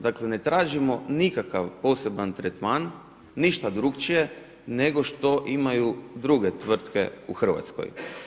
Dakle ne tražimo nikakav poseban tretman, ništa drukčije nego što imaju druge tvrtke u Hrvatskoj.